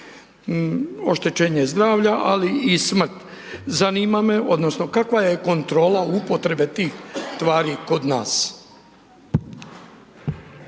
oštećenje zdravlja, ali i smrt. Zanima me odnosno kakva je kontrola upotrebe tih tvari kod nas?